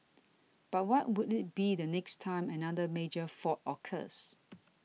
but what would it be the next time another major fault occurs